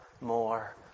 more